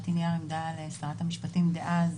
נתתי נייר עמדה לשרת המשפטים דאז,